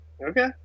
Okay